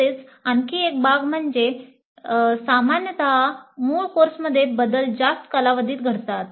तसेच आणखी एक बाब म्हणजे सामान्यत मूळ कोर्समध्ये बदल जास्त कालावधीत घडतात